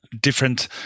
different